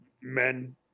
men